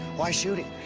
why shoot him?